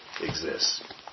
exists